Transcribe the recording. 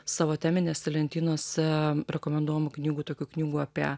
savo teminėse lentynose rekomenduojamų knygų tokių knygų apie